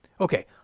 Okay